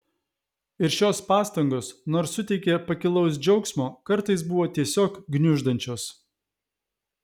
ir šios pastangos nors suteikė pakilaus džiaugsmo kartais buvo tiesiog gniuždančios